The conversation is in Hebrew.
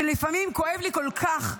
שלפעמים כואב לי כל כך,